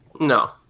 No